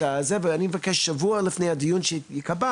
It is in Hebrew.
הנושא הזה ואני מבקש ששבוע לפני הדיון הבא של הוועדה שייקבע